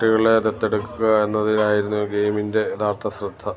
കുട്ടികളെ ദത്തെടുക്കുക എന്നതിലായിരുന്നു ഗെയിമിന്റെ യഥാർത്ഥ ശ്രദ്ധ